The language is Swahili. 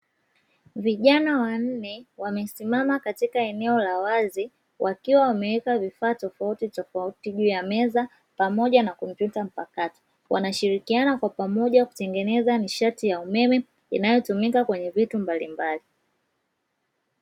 Vijana wanne wamesimama katika eneo la wazi wakiwa wameweka vifaa tofautitofauti juu ya meza pamoja na kompyuta mpakato, wanashirikiana kwa pamoja kutengeneza nishati ya umeme inayotumika kwenye vitu mbalimbali.